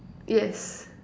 yes